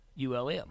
ULM